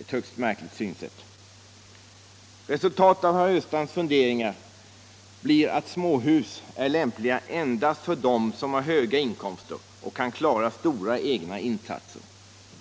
Ett högst märkligt synsätt. Resultatet av herr Östrands funderingar blir att småhus är lämpliga endast för dem som har höga inkomster och kan klara stora egna insatser.